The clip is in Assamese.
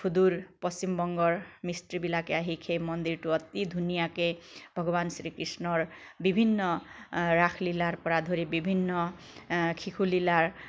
সুদূৰ পশ্চিমবংগৰ মিস্ত্ৰীবিলাকে আহি সেই মন্দিৰটো অতি ধুনীয়াকে ভগৱান শ্ৰীকৃষ্ণৰ বিভিন্ন ৰাস লীলাৰ পৰা ধৰি বিভিন্ন শিশু লীলাৰ